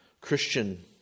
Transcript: Christian